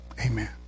Amen